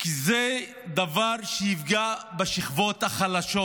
כי זה דבר שיפגע בשכבות החלשות.